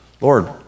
Lord